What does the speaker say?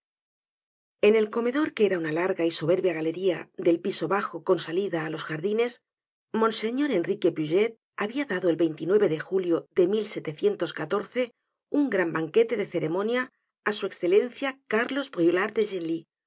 en el comedor que era una larga y soberbia galería del piso bajo con salida á los jardines monseñor enrique puget habia dado el de julio de un gran banquete de ceremonia á ss ee carlos brulart de